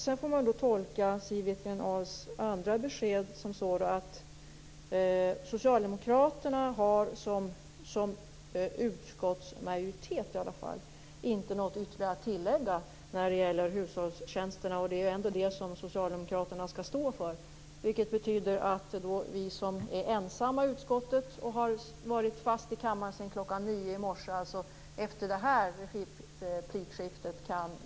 Sedan kan man tolka Siw Wittgren-Ahls andra besked så att Socialdemokraterna har som utskottsmajoritet inte något ytterligare att tillägga när det gäller hushållstjänsterna. Det är ju ändå det som Socialdemokraterna skall stå för. Det betyder att vi som är ensamma i utskottet och har varit fast i kammaren sedan klockan nio i morse kan gå och äta lunch efter det här replikskiftet.